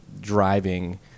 driving